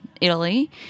Italy